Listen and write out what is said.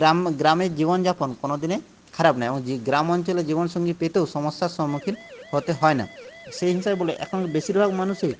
গ্রাম গ্রামের জীবনযাপন কোনো দিনই খারাপ নয় এবং গ্রাম অঞ্চলে জীবন সঙ্গী পেতেও সমস্যা সম্মুখীন হতে হয় না সেই হিসাবে বলি এখন বেশিরভাগ মানুষেই